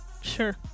Sure